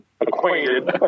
acquainted